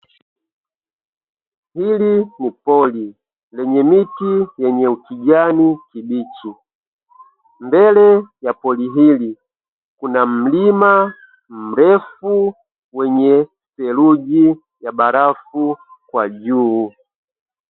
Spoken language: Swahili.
Hili ni pori lenye miti wenye ukijani kibichi, mbele ya pori hili kuna mlima mrefu wenye theluji ya barafu kwa juu.